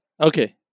Okay